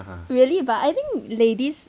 really but I think ladies